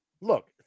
Look